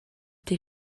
did